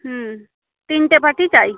হুম তিনটে পার্টই চাই